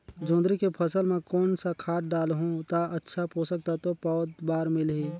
जोंदरी के फसल मां कोन सा खाद डालहु ता अच्छा पोषक तत्व पौध बार मिलही?